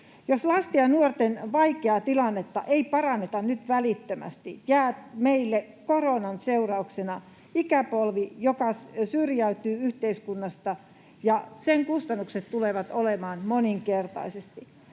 Jos lasten ja nuorten vaikeaa tilannetta ei paranneta nyt välittömästi, jää meille koronan seurauksena ikäpolvi, joka syrjäytyy yhteiskunnasta, ja sen kustannukset tulevat olemaan moninkertaisia.